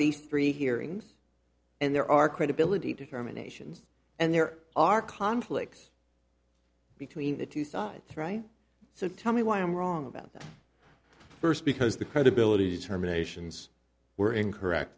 these three hearings and there are credibility determinations and there are conflicts between the two sides right so tell me why i'm wrong about that first because the credibility determinations were incorrect